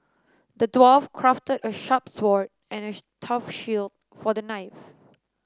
the dwarf crafted a sharp sword and a tough shield for the knife